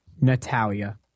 Natalia